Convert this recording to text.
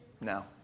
No